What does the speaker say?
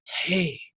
Hey